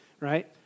right